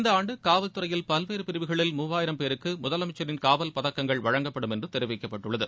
இந்த ஆண்டு காவல்துறையில் பல்வேறு பிரிவுகளில் மூவாயிரம் பேருக்கு முதலமைச்சின் காவல் பதக்கங்கள் வழங்கப்படும் என்று தெரிவிக்கப்பட்டுள்ளது